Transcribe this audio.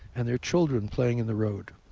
and there are children playing in the road.